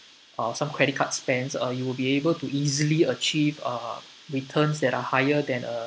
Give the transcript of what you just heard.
uh some credit card spends or you will be able to easily achieve uh returns that are higher than uh